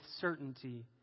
certainty